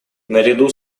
наряду